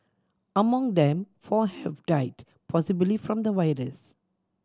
among them four have died possibly from the virus